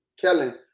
Kellen